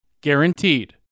guaranteed